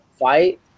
fight